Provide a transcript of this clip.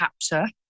chapter